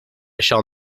shall